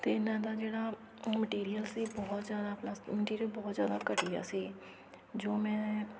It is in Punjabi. ਅਤੇ ਇਹਨਾਂ ਦਾ ਜਿਹੜਾ ਉਹ ਮਟੀਰੀਅਲ ਸੀ ਬਹੁਤ ਜ਼ਿਆਦਾ ਪਲਾਸ ਮਟੀਰੀਅਲ ਬਹੁਤ ਜ਼ਿਆਦਾ ਘਟੀਆ ਸੀ ਜੋ ਮੈਂ